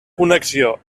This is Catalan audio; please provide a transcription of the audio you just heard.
connexió